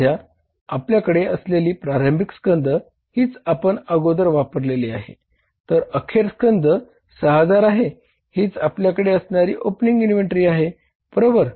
सध्या आपल्याकडे असलेली प्रारंभिक स्कंध 6000 आहे हीच आपल्याकडे असणारी ओपनिंग इनव्हेंटरी आहे बरोबर